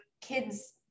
kids